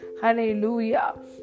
Hallelujah